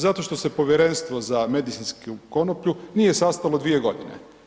Zato što se Povjerenstvo za medicinsku konoplju nije sastalo 2 godine.